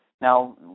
Now